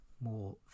more